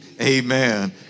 Amen